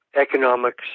economics